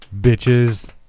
Bitches